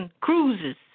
cruises